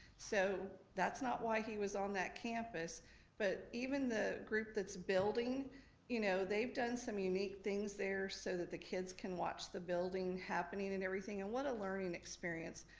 so that's not why he was on that campus but even the group that's building you know they've done some unique things there so that the kids can watch the building happening and everything and what a learning experience.